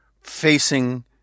facing